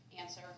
Answer